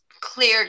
clear